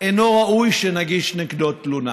אינו ראוי שנגיש נגדו תלונה.